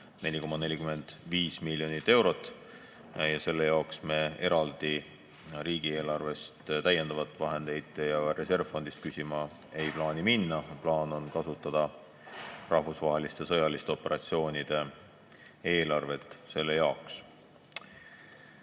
4,45 miljonit eurot. Ja selle jaoks me eraldi riigieelarvest täiendavaid vahendeid ja ka reservfondist küsima ei plaani minna. Plaan on kasutada rahvusvaheliste sõjaliste operatsioonide eelarvet selle jaoks.